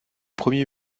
premier